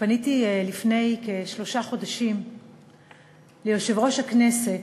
כשפניתי לפני כשלושה חודשים ליושב-ראש הכנסת,